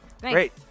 Great